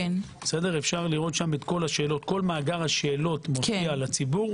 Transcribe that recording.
כל מאגר השאלות מופיע לציבור.